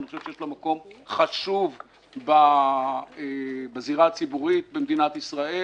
אני חושב שיש לו מקום חשוב בזירה הציבורית במדינת ישראל